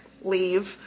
leave